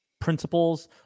principles